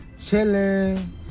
chilling